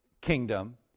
kingdom